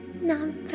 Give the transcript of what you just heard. Number